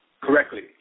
correctly